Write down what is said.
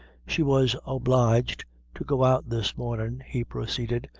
she was obliged to go out this mornin', he proceeded,